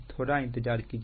थोड़ा इंतजार कीजिए